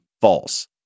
false